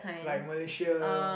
like Malaysia